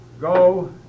go